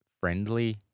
friendly